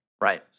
Right